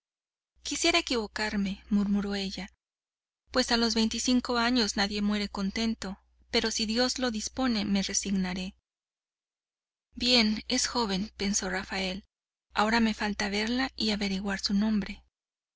quisiera equivocarme murmuró ella pues a los veinticinco años nadie muere contento pero si dios lo dispone me resignaré bien es joven pensó rafael ahora me falta verla y averiguar su nombre